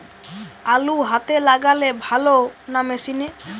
আলু হাতে লাগালে ভালো না মেশিনে?